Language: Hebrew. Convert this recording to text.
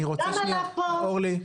אורלי,